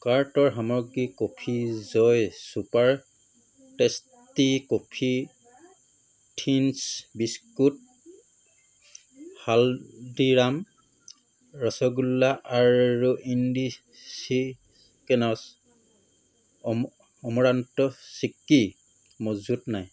কাৰ্টৰ সামগ্ৰী coffee Joy super tasty coffee thins biscuit Haldiram rasgulla আৰু ইণ্ডিচিক্ৰেট্ছ অমৰান্ত চিক্কি মজুত নাই